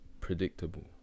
predictable